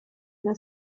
una